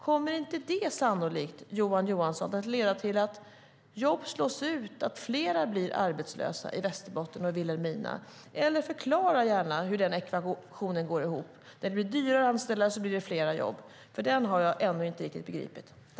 Kommer inte det sannolikt, Johan Johansson, att leda till att jobb slås ut och fler blir arbetslösa i Västerbotten och Vilhelmina? Förklara gärna hur den ekvationen går ihop, att när det blir dyrare att anställa blir det fler jobb! Den har jag ännu inte riktigt begripit.